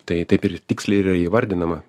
tai taip ir tiksliai yra įvardinama